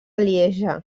lieja